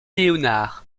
leonard